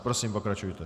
Prosím, pokračujte.